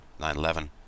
9-11